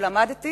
ולמדתי